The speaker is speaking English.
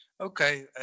Okay